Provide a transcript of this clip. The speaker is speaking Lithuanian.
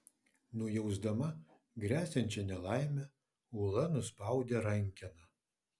nujausdama gresiančią nelaimę ula nuspaudė rankeną